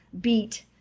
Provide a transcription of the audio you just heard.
beat